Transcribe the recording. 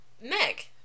Meg